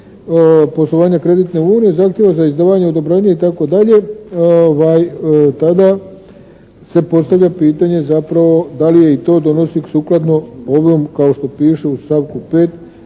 poslovanja kreditne unije zahtijeva za izdavanje odobrenja itd., tada se postavlja pitanje zapravo da li se i to donosi sukladno ovom kao što piše u stavku 5.